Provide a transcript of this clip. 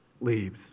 leaves